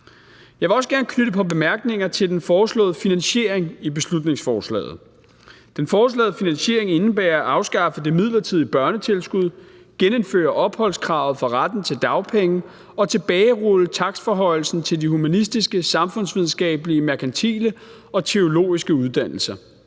Jeg vil også gerne knytte et par bemærkninger til den foreslåede finansiering i beslutningsforslaget. Den foreslåede finansiering indebærer at afskaffe det midlertidige børnetilskud, genindføre opholdskravet for retten til dagpenge og tilbagerulle takstforhøjelsen til de humanistiske, samfundsvidenskabelige, merkantile og teologiske uddannelser.